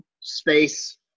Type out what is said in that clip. space